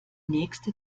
nächste